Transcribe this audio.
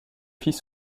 fils